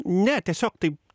ne tiesiog taip